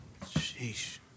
Sheesh